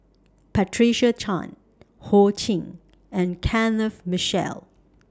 Patricia Chan Ho Ching and Kenneth Mitchell